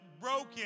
broken